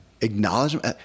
Acknowledgement